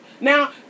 Now